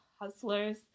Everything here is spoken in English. hustlers